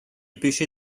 pêcher